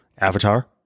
Avatar